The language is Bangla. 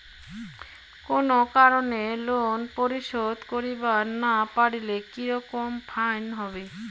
কোনো কারণে লোন পরিশোধ করিবার না পারিলে কি রকম ফাইন হবে?